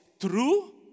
true